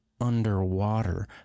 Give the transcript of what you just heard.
underwater